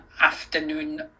afternoon